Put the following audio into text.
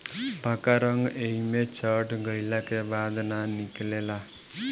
पक्का रंग एइमे चढ़ गईला के बाद ना निकले ला